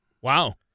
Wow